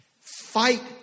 fight